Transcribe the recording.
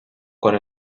quan